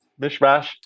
mishmash